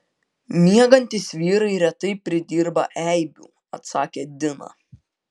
miegantys vyrai retai pridirba eibių atsakė dina